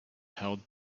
held